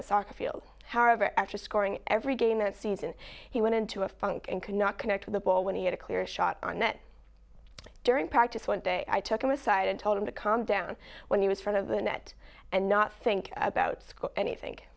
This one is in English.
the soccer field however after scoring every game this season he went into a funk and could not connect with the ball when he had a clear shot on net during practice one day i took him aside and told him to calm down when he was front of the net and not think about school anything